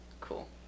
Cool